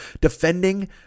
defending